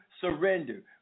surrender